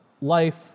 life